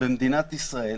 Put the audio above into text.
במדינת ישראל.